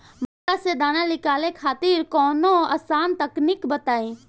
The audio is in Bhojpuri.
मक्का से दाना निकाले खातिर कवनो आसान तकनीक बताईं?